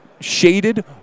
shaded